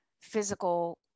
physical